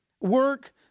work